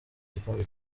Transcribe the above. gikombe